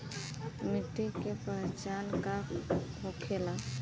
मिट्टी के पहचान का होखे ला?